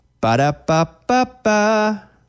Ba-da-ba-ba-ba